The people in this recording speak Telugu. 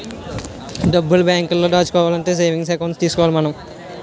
డబ్బు బేంకులో దాచుకోవాలంటే సేవింగ్స్ ఎకౌంట్ తీసుకోవాలి మనం